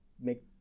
make